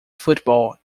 football